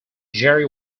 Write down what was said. jerry